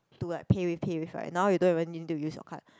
to like PayWave PayWave right now you don't even need to use your card